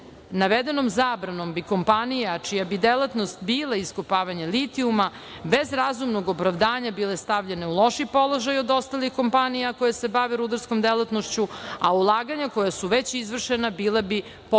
navedenom zabranom bi kompanija čija bi delatnost bila iskopavanje litijuma bez razumnog opravdanja bile stavljene u lošiji položaj od ostalih kompanija koje se bave rudarskom delatnošću, a ulaganja koja su već izvršena bila bi potpuno